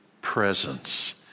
presence